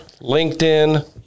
LinkedIn